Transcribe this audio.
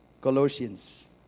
Colossians